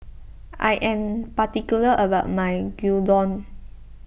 I am particular about my Gyudon